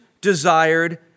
desired